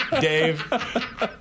Dave